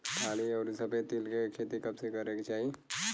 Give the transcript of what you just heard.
काली अउर सफेद तिल के खेती कब करे के चाही?